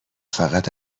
فقط